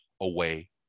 away